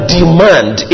demand